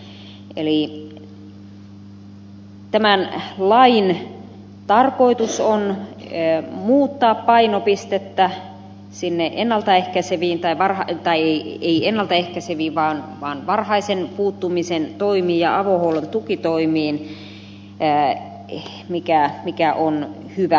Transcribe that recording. eli tämän lain tarkoitus on muuttaa painopistettä sinne ennaltaehkäisevillä varho tai ihan repesi viivaan varhaisen puuttumisen toimiin ja avohuollon tukitoimiin mikä on hyvä asia